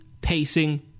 pacing